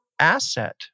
asset